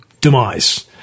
demise